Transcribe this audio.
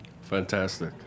Fantastic